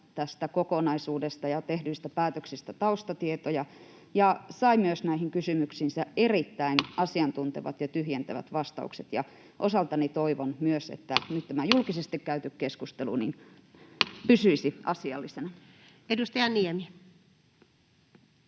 tästä kokonaisuudesta ja tehdyistä päätöksistä taustatietoja ja sai myös näihin kysymyksiinsä erittäin asiantuntevat ja tyhjentävät vastaukset. Osaltani toivon myös, että nyt tämä julkisesti käytävä keskustelu pysyisi asiallisena. [Speech